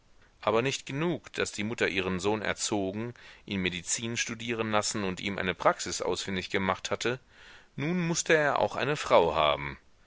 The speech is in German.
aber nicht genug daß die mutter ihren sohn erzogen ihn medizin studieren lassen und ihm eine praxis ausfindig gemacht hatte nun mußte er auch eine frau haben